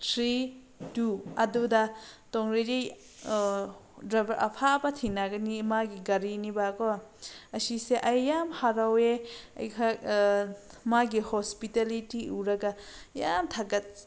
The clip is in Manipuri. ꯊ꯭ꯔꯤ ꯇꯨ ꯑꯗꯨꯗ ꯇꯣꯡꯂꯗꯤ ꯗ꯭ꯔꯥꯏꯕꯔ ꯑꯐꯕ ꯊꯦꯡꯅꯒꯅꯤ ꯃꯥꯒꯤ ꯒꯥꯔꯤꯅꯦꯕꯀꯣ ꯑꯁꯤꯁꯦ ꯑꯩ ꯌꯥꯝ ꯍꯔꯥꯎꯋꯦ ꯑꯩꯍꯥꯛ ꯃꯥꯒꯤ ꯍꯣꯁꯄꯤꯇꯥꯂꯤꯇꯤ ꯎꯔꯒ ꯌꯥꯝ ꯊꯥꯒꯠ